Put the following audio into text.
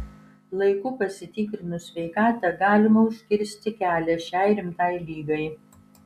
laiku pasitikrinus sveikatą galima užkirsti kelią šiai rimtai ligai